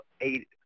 eight